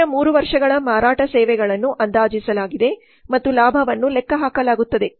ಮುಂದಿನ 3 ವರ್ಷಗಳ ಮಾರಾಟ ಸೇವೆಗಳನ್ನು ಅಂದಾಜಿಸಲಾಗಿದೆ ಮತ್ತು ಲಾಭವನ್ನು ಲೆಕ್ಕಹಾಕಲಾಗುತ್ತದೆ